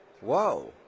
Whoa